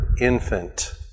infant